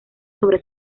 sobre